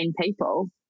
people